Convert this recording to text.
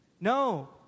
No